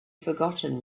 forgotten